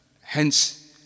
Hence